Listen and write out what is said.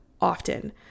often